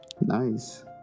Nice